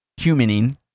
humaning